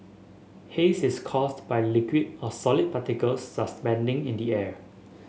haze is caused by liquid or solid particles suspending in the air